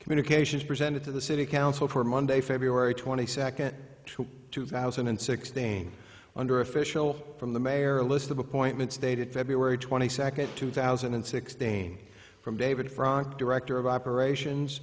communications presented to the city council for monday february twenty second two thousand and sixteen under official from the mayor list of appointments dated february twenty second two thousand and sixteen from david frank director of operations